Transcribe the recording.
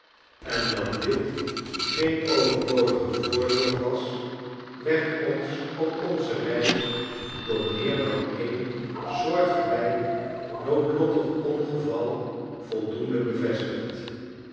en dat dit geen overbodige voorzorg was werd ons op onze reis door meer dan een soortgelijk noodlottig ongeval voldoende bevestigd